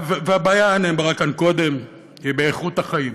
והבעיה, היא נאמרה כאן קודם, היא באיכות החיים.